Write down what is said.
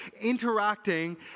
interacting